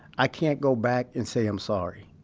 i can't go back and say i'm sorry.